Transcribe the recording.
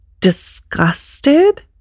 disgusted